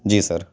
جی سر